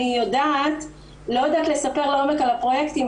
אני לא יודעת לספר לעומק על הפרויקטים,